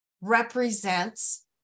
represents